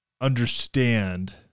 understand